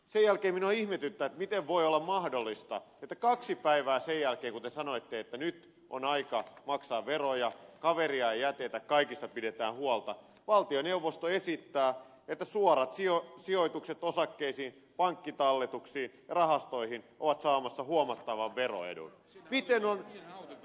sen jälkeen minua ihmetyttää miten voi olla mahdollista että kaksi päivää sen jälkeen kun te sanoitte että nyt on aika maksaa veroja kaveria ei jätetä kaikista pidetään huolta valtioneuvosto esittää että suorat sijoitukset osakkeisiin pankkitalletuksiin ja rahastoihin ovat saamassa huomattavan veroedun